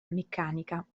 meccanica